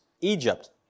Egypt